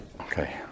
Okay